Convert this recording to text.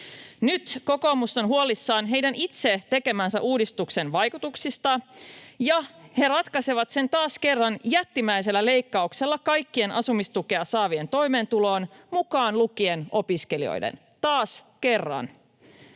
Nyt kokoomus on huolissaan heidän itse tekemänsä uudistuksen vaikutuksista, ja he ratkaisevat sen taas kerran jättimäisellä leikkauksella kaikkien asumistukea saavien toimeentuloon, mukaan lukien opiskelijoiden, taas kerran.